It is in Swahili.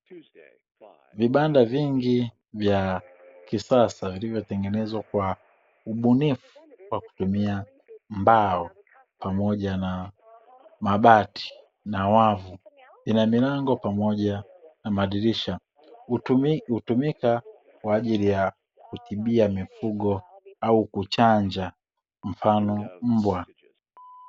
VIbanda vingi vya kisasa vilivyotengenezwa kwa ubunifu kwa kutumia mbao, pamoja na mabati na wavu ina milango pamoja na madirisha, hutumika kwaajili ya kutibia mifugo au kuchanja mfano mbwa .